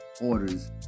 orders